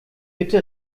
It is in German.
bitte